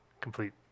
complete